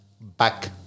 back